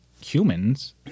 humans